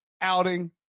outing